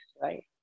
Right